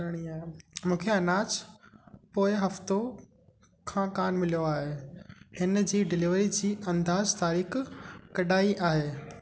मूंखे अनाज पोएं हफ़्तो खां कोन मिलियो आहे इन जी डिलीवरी जी अंदाज़ तारीख़ु कॾहिं आहे